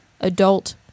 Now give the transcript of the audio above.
adult